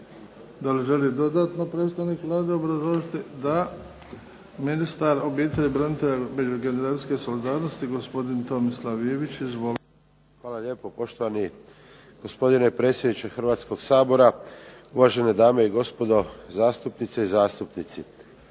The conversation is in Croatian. Hvala lijepo, poštovani gospodine predsjedniče Hrvatskoga sabora. Uvažene dame i gospodo zastupnice i zastupnici.